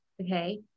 Okay